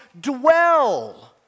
dwell